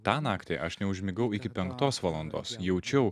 tą naktį aš neužmigau iki penktos valandos jaučiau